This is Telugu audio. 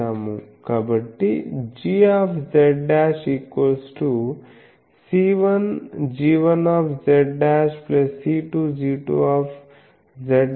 కాబట్టిgz' c1g1z c2g2z